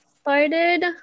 started